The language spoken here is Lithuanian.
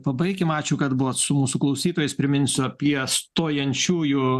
pabaikim ačiū kad buvot su mūsų klausytojais priminsiu apie stojančiųjų